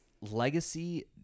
legacy